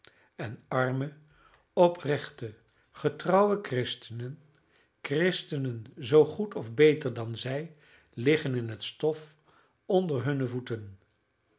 en arme oprechte getrouwe christenen christenen zoo goed of beter dan zij liggen in het stof onder hunne voeten